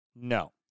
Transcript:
No